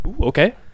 Okay